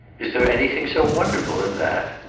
is there anything so wonderful in that?